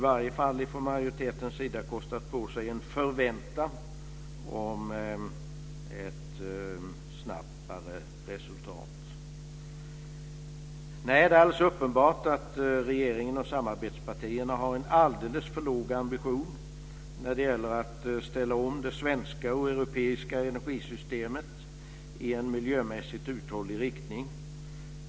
Majoriteten kunde åtminstone ha kostat på sig en förväntan om ett snabbare resultat. Det är alldeles uppenbart att regeringen och samarbetspartierna har en alldeles för låg ambition när det gäller att ställa om det svenska och det europeiska energisystemet i en miljömässigt uthållig riktning.